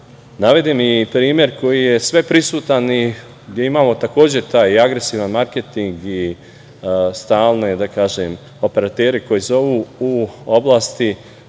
navedem i primer koji je sveprisutan i gde imamo takođe taj agresivan marketing i stalne operatere koji zovu u oblasti